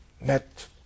met